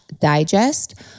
digest